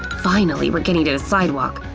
finally, we're getting to the sidewalk.